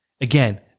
Again